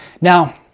now